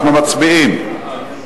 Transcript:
אנחנו מצביעים.